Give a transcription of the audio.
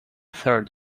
third